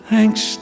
Thanks